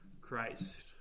Christ